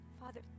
Father